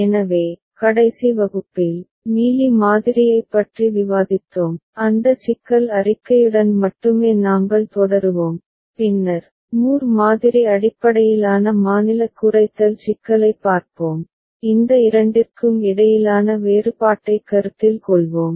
எனவே கடைசி வகுப்பில் மீலி மாதிரியைப் பற்றி விவாதித்தோம் அந்த சிக்கல் அறிக்கையுடன் மட்டுமே நாங்கள் தொடருவோம் பின்னர் மூர் மாதிரி அடிப்படையிலான மாநிலக் குறைத்தல் சிக்கலைப் பார்ப்போம் இந்த இரண்டிற்கும் இடையிலான வேறுபாட்டைக் கருத்தில் கொள்வோம்